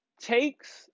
takes